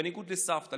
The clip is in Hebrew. בניגוד לסבתא.